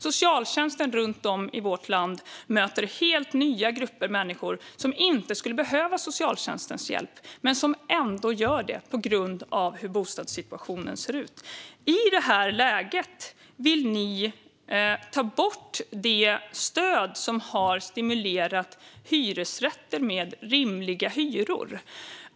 Socialtjänsten runt om i vårt land möter helt nya grupper av människor som inte skulle behöva socialtjänstens hjälp men som ändå gör det på grund av hur bostadssituationen ser ut. I detta läge vill ni ta bort det stöd som har stimulerat byggandet av hyresrätter med rimliga hyror.